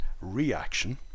reaction